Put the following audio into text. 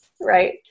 right